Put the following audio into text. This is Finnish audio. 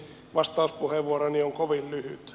vastauspuheenvuoroni on kovin lyhyt